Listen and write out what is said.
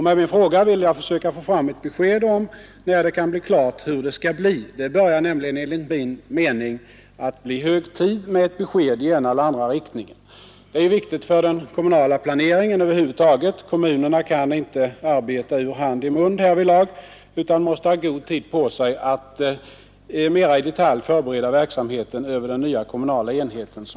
Med min fråga ville jag försöka få fram ett besked om när det kan bli klart hur det skall bli. Det börjar nämligen enligt min mening bli hög tid för ett besked i ena eller andra riktningen. Det är viktigt för den kommunala planeringen över huvud taget. Kommunerna kan inte arbeta ur hand i mun härvidlag utan måste ha god tid på sig att mera i detalj förebereda verksamheten över hela den nya kommunala enheten.